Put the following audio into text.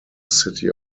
city